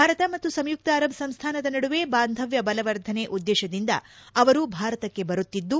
ಭಾರತ ಮತ್ತು ಸಂಯುಕ್ತ ಅರಬ್ ಸಂಸ್ಥಾನದ ನಡುವೆ ಬಾಂಧವ್ಯ ಬಲವರ್ಧನೆ ಉದ್ದೇಶದಿಂದ ಅವರು ಭಾರತಕ್ಕೆ ಬರುತ್ತಿದ್ದು